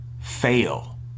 Fail